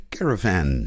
Caravan